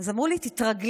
אז אמרו לי: תתרגלי.